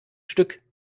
stück